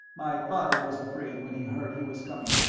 my father was afraid when he heard he was coming.